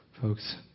folks